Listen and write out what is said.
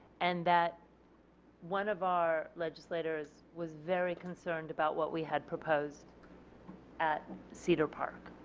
and that one of our legislators was very concerned about what we had proposed at cedar park.